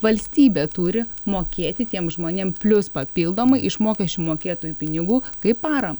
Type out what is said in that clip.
valstybė turi mokėti tiem žmonėm plius papildomai iš mokesčių mokėtojų pinigų kaip para